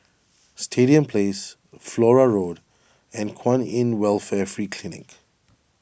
Stadium Place Flora Road and Kwan in Welfare Free Clinic